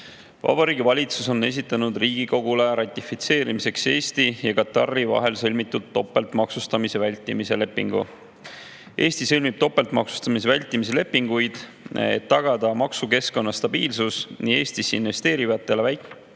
Vabariigi Valitsus on esitanud Riigikogule ratifitseerimiseks Eesti ja Katari vahel sõlmitud topeltmaksustamise vältimise lepingu. Eesti sõlmib topeltmaksustamise vältimise lepinguid, et tagada maksukeskkonna stabiilsus nii Eestisse investeerivatele